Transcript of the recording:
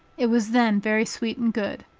it was then very sweet and good.